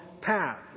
path